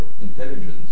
intelligence